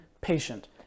patient